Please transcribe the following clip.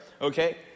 okay